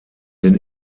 den